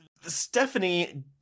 Stephanie